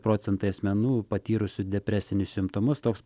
procentai asmenų patyrusių depresinius simptomus toks